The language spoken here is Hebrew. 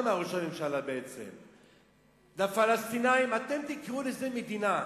מה אמר ראש הממשלה בעצם לפלסטינים: אתם תקראו לזה מדינה,